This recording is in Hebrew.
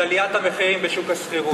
לעולם לא ישיג את עליית המחירים בשוק השכירות.